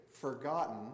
forgotten